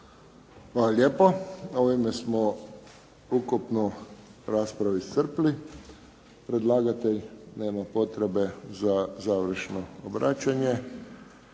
Hvala lijepo. Ovime smo ukupnu raspravu iscrpili. Predlagatelj nema potrebe za završno obraćanje.